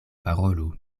parolu